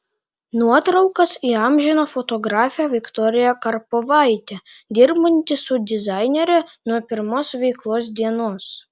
nuotraukas įamžino fotografė viktorija karpovaitė dirbanti su dizainere nuo pirmos veiklos dienos